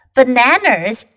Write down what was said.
Bananas